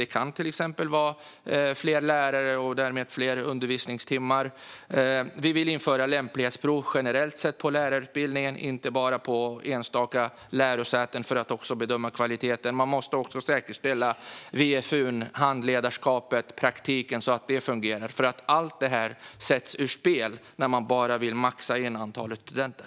Det kan till exempel gälla fler lärare och därmed fler undervisningstimmar. Vi vill införa lämplighetsprov generellt sett på lärarutbildningen, inte bara på enstaka lärosäten, för att bedöma kvaliteten. Man måste också säkerställa VFU:n, handledarskapet och praktiken så att det fungerar. Allt detta sätts nämligen ur spel när man bara vill maxa antalet studenter.